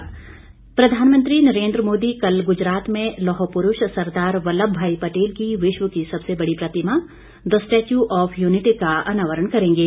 पटेल प्रधानमंत्री नरेन्द्र मोदी कल गुजरात में लौह पुरूष सरदार वल्लभ भाई पटेल की विश्व की सबसे बड़ी प्रतिमा द स्टैच्यू ऑफ यूनिटी का अनावरण करेंगे